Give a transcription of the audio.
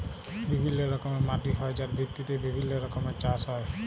বিভিল্য রকমের মাটি হ্যয় যার ভিত্তিতে বিভিল্য রকমের চাস হ্য়য়